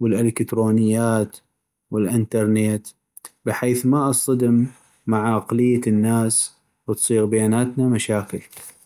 والالكترونيات والانترنت بحيث ما اصطدم مع عقلية الناس وتصيغ بيناتنا مشاكل.